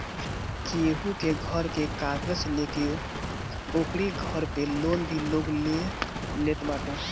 केहू के घर के कागज लेके ओकरी घर पे लोन भी लोग ले लेत बाटे